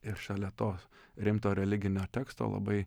ir šalia to rimto religinio teksto labai